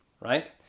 right